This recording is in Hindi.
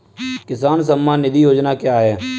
किसान सम्मान निधि योजना क्या है?